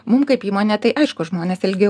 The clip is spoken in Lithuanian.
mum kaip įmonė tai aišku žmonės ilgiau